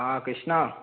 हा कृष्ना